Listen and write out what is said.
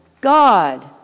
God